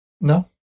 No